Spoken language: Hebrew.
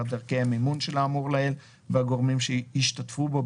דרכי המימון של האמור לעיל והגורמים שהשתתפו בו,